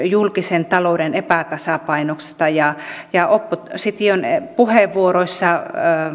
julkisen talouden epätasapainosta ja ja opposition puheenvuoroissa